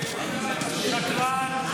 שקרן.